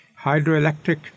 Hydroelectric